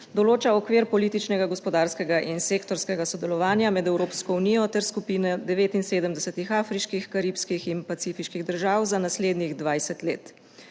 določa okvir političnega, gospodarskega in sektorskega sodelovanja med Evropsko unijo ter skupino 79 afriških, karibskih in pacifiških držav za naslednjih 20 let.